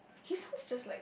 his just like